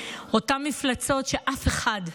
אותן מפלצות שאף אחד,